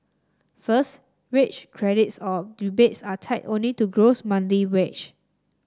first wage credits or rebates are tied only to gross monthly wage